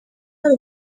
hari